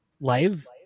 live